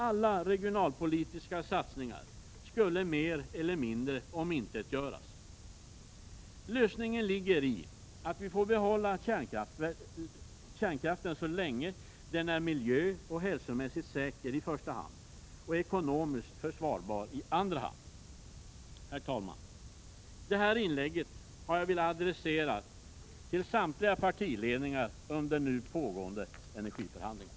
Alla regionalpolitiska satsningar skulle mer eller mindre omintetgöras. Lösningen ligger i att vi får behålla kärnkraften så länge den är miljöoch hälsomässigt säker i första hand och ekonomiskt försvarbar i andra hand. Herr talman! Det här inlägget har jag velat adressera till samliga partiledningar under nu pågående energiförhandlingar.